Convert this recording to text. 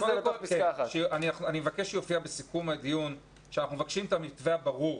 אני מבקש שיופיע בסיכום הדיון שאנחנו מבקשים את המתווה הברור.